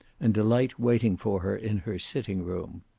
and delight waiting for her in her sitting-room.